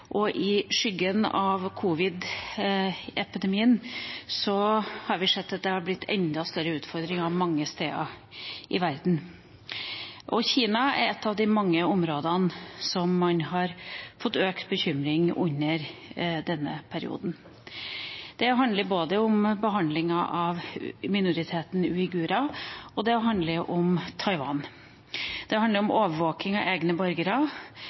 og i skyggen av covid-epidemien har vi sett at det har blitt enda større utfordringer mange steder i verden. Kina er et av de mange områdene som man har fått økt bekymring for i denne perioden. Det handler om behandlingen av minoriteten uigurer, og det handler om Taiwan. Det handler om overvåking av egne borgere,